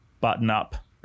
button-up